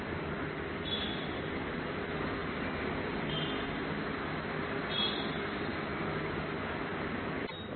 நாம் கட்டமைக்க வேண்டும் இந்த ஈக்குவேஷன்டில் காட்டப்பட்டுள்ளபடி இந்த ஈக்குவேஷன் மறுசீரமைக்க வேண்டும்